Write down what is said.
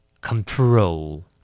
Control